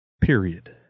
Period